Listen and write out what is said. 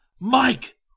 Mike